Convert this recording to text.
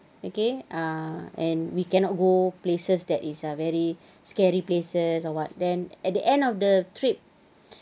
again and uh we cannot go places that is ah very scary places or what then at the end of the trip